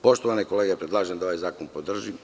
Poštovane kolege, predlažem da ovaj zakon podržimo.